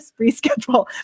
reschedule